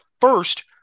first